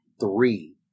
three